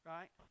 Right